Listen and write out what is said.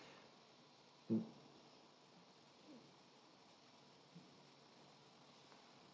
mm